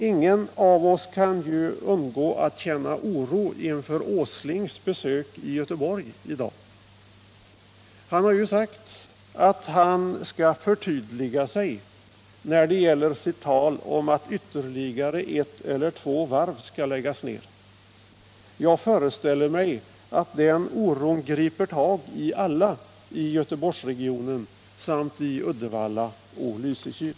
Ingen av oss kan ju undgå att känna oro inför industriministern Åslings besök i Göteborg i dag; han har ju sagt att han skall förtydliga sig när det gäller sitt tal om att ytterligare ett eller två varv skall läggas ned. Jag föreställer mig att den oron griper tag i alla i Göteborgsregionen samt i Uddevalla och Lysekil.